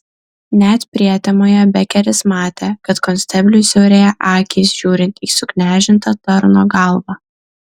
net prietemoje bekeris matė kad konstebliui siaurėja akys žiūrint į suknežintą tarno galvą